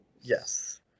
Yes